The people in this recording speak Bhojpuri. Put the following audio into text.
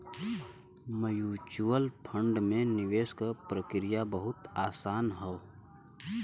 म्यूच्यूअल फण्ड में निवेश क प्रक्रिया बहुत आसान हौ